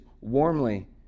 warmly